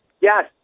Yes